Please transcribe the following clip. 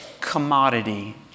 commodity